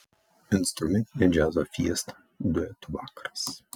instrumentinė džiazo fiesta duetų vakaras